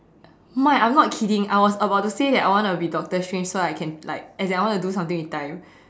my I'm not kidding I was about to say that I want to be doctor strange so that I can like as in I want to do something with time